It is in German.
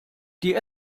die